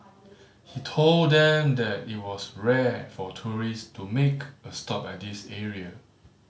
he told them that it was rare for tourist to make a stop at this area